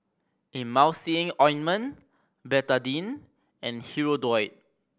Emulsying Ointment Betadine and Hirudoid